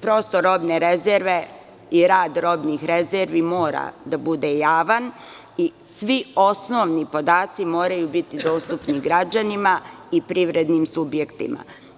prosto robne rezerve i rad robnih rezervi mora da bude javan i svi osnovni podaci moraju biti dostupni građanima i privrednim subjektima.